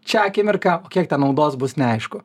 šią akimirką o kiek ten naudos bus neaišku